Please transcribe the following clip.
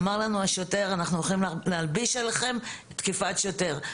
אמר לנו השוטר: אנחנו הולכים להלביש עליכם תקיפת שוטר,